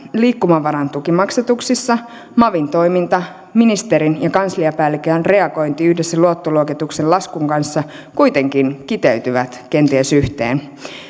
liikkumavaran tukimaksatuksissa mavin toiminta ministerin ja kansliapäällikön reagointi yhdessä luottoluokituksen laskun kanssa kuitenkin kiteytyvät kenties yhteen